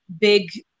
big